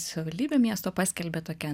savivaldybė miesto paskelbė tokią